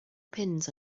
pins